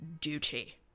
duty